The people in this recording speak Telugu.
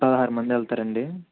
పదహారు మంది వెళ్తారాండి